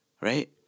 right